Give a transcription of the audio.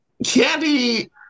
Candy